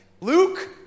Luke